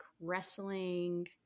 wrestling